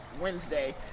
Wednesday